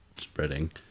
spreading